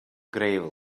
gravel